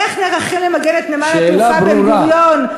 איך נערכים למגן את נמל התעופה בן-גוריון?